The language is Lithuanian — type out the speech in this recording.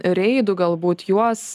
reidų galbūt juos